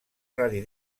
radi